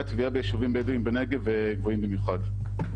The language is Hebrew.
הטביעה ביישובים בדואים בנגב גבוהים במיוחד.